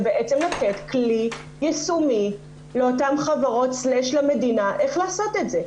זה לתת כלי יישומי לאותן חברות / למדינה איך לעשות את זה.